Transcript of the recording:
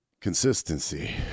consistency